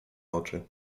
oczy